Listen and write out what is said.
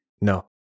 no